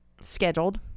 scheduled